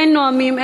אין נואמים,